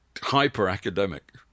hyper-academic